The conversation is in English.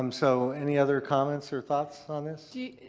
um so any other comments or thoughts on this? do.